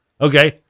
okay